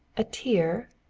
a tear?